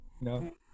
no